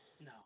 No